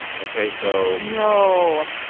ok, so. no